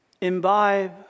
imbibe